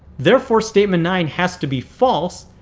therefore statement nine has to be false,